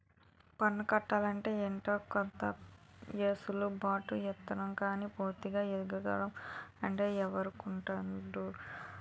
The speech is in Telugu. పన్ను కట్టాలంటే ఏదో కొంత ఎసులు బాటు ఇత్తారు గానీ పూర్తిగా ఎగ్గొడతాం అంటే ఎవడూరుకుంటాడు